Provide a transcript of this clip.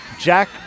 Jack